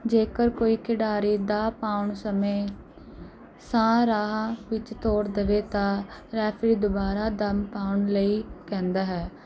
ਜੇਕਰ ਕੋਈ ਖਿਡਾਰੀ ਦਾਅ ਪਾਉਣ ਸਮੇਂ ਸਾਹ ਰਾਹ ਵਿੱਚ ਤੋੜ ਦਵੇ ਤਾਂ ਰੈਫਰੀ ਦੁਬਾਰਾ ਦਮ ਪਾਉਣ ਲਈ ਕਹਿੰਦਾ ਹੈ